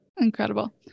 incredible